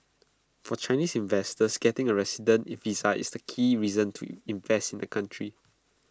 for Chinese investors getting A resident visa is the key reason to invest in the country